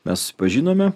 mes susipažinome